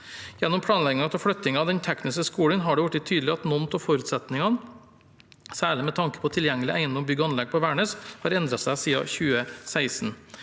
Gjennom planleggingen av flyttingen av den tekniske skolen har det blitt tydelig at noen av forutsetningene, særlig med tanke på tilgjengelige egnede bygg og anlegg på Værnes, har endret seg siden 2016.